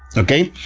okay?